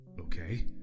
Okay